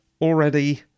already